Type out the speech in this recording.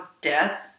death